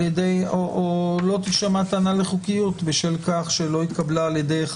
ידי או לא תישמע טענה לחוקיות בשל כך שלא התקבלה על ידי.